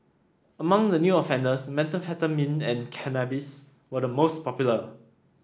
among the new offenders methamphetamine and cannabis were the most popular